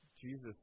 Jesus